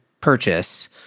purchase